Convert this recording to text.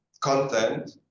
content